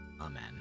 Amen